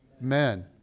men